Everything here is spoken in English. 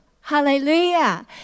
hallelujah